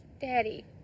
Daddy